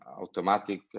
automatic